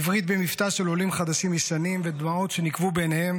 עברית במבטא של עולים חדשים-ישנים ודמעות שנקוו בעיניהם